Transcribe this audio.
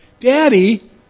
Daddy